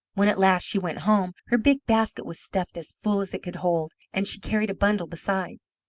when at last she went home, her big basket was stuffed as full as it could hold, and she carried a bundle besides.